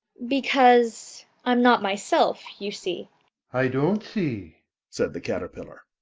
because i'm not myself, you see i don't see said the caterpillar.